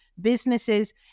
businesses